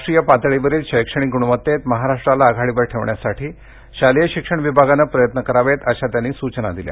राष्ट्रीय पातळीवरील शैक्षणिक ग्णवत्तेत महाराष्ट्राला आघाडीवर ठेवण्यासाठी शालेय शिक्षण विभागानं प्रयत्न करावेत अशा त्यांनी सूचना दिल्या